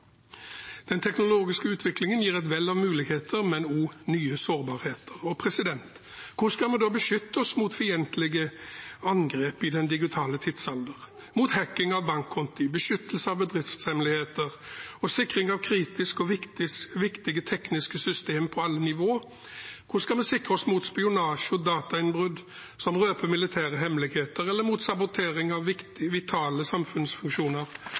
Den teknologiske utviklingen gir et vell av muligheter, men også nye sårbarheter. Hvordan skal vi da beskytte oss mot fiendtlige angrep i den digitale tidsalder, mot hacking av bankkonti, beskytte bedriftshemmeligheter og sikre kritiske og viktige tekniske system på alle nivå? Hvordan skal vi sikre oss mot spionasje og datainnbrudd som røper militære hemmeligheter, eller mot sabotering av vitale samfunnsfunksjoner